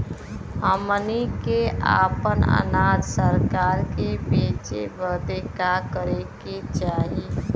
हमनी के आपन अनाज सरकार के बेचे बदे का करे के चाही?